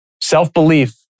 Self-belief